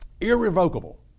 Irrevocable